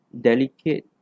delicate